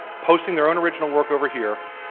posting their own original work over here.